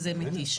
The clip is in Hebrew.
מתיש.